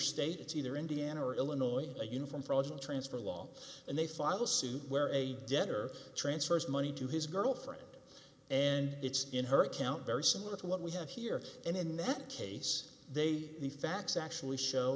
state it's either indiana or illinois a uniform transfer law and they follow suit where a debtor transfers money to his girlfriend and it's in her account very similar to what we have here and in that case they the facts actually show